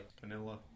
vanilla